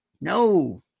No